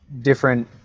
different